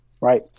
Right